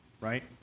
right